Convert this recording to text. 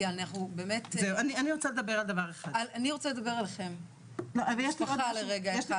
אני רוצה לדבר עליכם, המשפחה לרגע אחד.